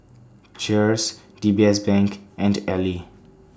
Cheers D B S Bank and Elle